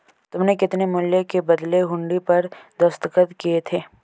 तुमने कितने मूल्य के बदले हुंडी पर दस्तखत किए थे?